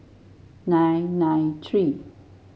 nine nine three